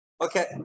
Okay